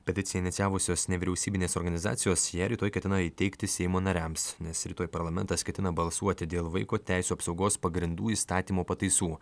peticiją inicijavusios nevyriausybinės organizacijos ją rytoj ketina įteikti seimo nariams nes rytoj parlamentas ketina balsuoti dėl vaiko teisių apsaugos pagrindų įstatymo pataisų